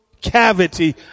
cavity